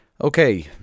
Okay